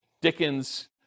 Dickens